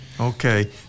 Okay